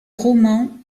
roman